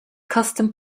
custom